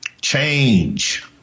change